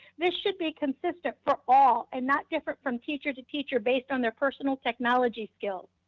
this should be consistent for all and not different from teacher to teacher based on their personal technology skills.